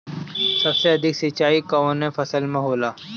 सबसे अधिक सिंचाई कवन फसल में होला?